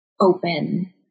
open